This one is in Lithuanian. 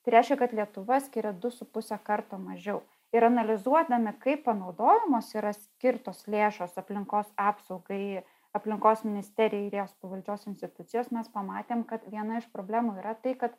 tai reiškia kad lietuva skiria du su puse karto mažiau ir analizuodami kaip panaudojamos yra skirtos lėšos aplinkos apsaugai aplinkos ministerijos ir jos pavaldžios institucijos mes pamatėm kad viena iš problemų yra tai kad